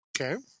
okay